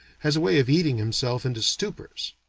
has a way of eating himself into stupors.